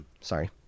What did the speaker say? Sorry